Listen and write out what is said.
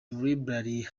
library